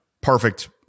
perfect